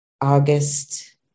August